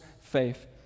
faith